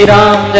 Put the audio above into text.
Ram